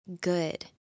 good